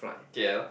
K_L